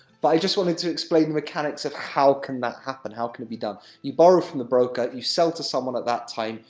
but i just wanted to explain the mechanics of how can that happen how can it be done? you borrow from the broker, you sell to someone at that time,